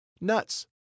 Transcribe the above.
Nuts